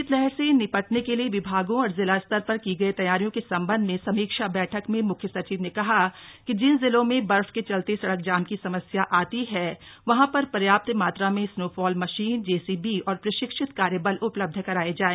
शीतलहर से निपटने के लिए विभागों और जिला स्तर पर की गयी तैयारियों के सम्बन्ध में समीक्षा बैठक में मुख्य सचिव ने कहा कि जिन जिलों में बर्फ के चलते सड़क जाम की समस्या आती है वहां पर पर्याप्त मात्रा में स्नोफॉल मशीन जेसीबी और प्रशिक्षित कार्य बल उपलब्ध कराया जाए